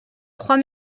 trois